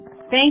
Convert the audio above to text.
Thank